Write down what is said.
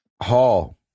Hall